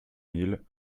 mille